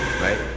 right